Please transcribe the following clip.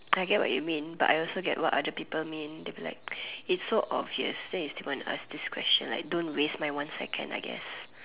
I get what you mean but I also get what other people mean they will be like its so obvious then you still want to ask this question like don't waste my one second I guess